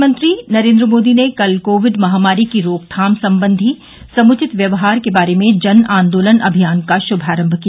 प्रधानमंत्री नरेन्द्र मोदी ने कल कोविड महामारी की रोकथाम संबंधी समूचित व्यवहार के बारे में जन आंदोलन अभियान का श्मारम्भ किया